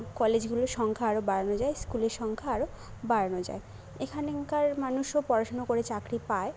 কলেজগুলোর সংখ্যা আরো বাড়ানো যায় স্কুলের সংখ্যা আরো বাড়ানো যায় এখানেকার মানুষও পড়াশুনো করে চাকরি পায়